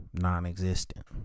non-existent